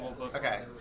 okay